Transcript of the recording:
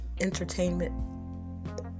entertainment